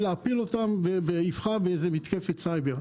להפיל אותם באבחה באיזו מתקפת סייבר.